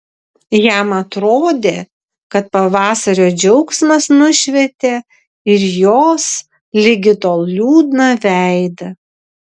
jam atrodė kad pavasario džiaugsmas nušvietė ir jos ligi tol liūdną veidą